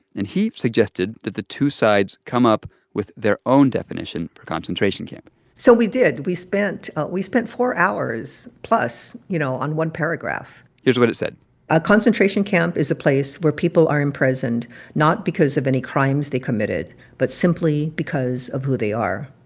and he suggested that the two sides come up with their own definition for concentration camp so we did. we spent ah we spent four hours-plus, you know, on one paragraph here's what it said a concentration camp is a place where people are imprisoned not because of any crimes they committed but simply because of who they are.